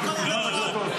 את זה?